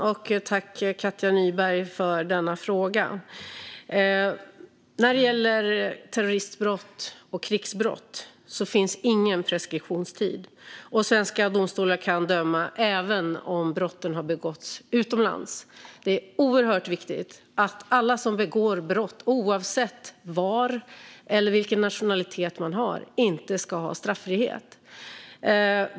Fru talman! Tack, Katja Nyberg, för denna fråga! När det gäller terrorist och krigsbrott finns ingen preskriptionstid. Svenska domstolar kan döma även om brotten har begåtts utomlands. Det är oerhört viktigt att ingen som begår brott, oavsett var det sker eller vilken nationalitet man har, ska ha straffrihet.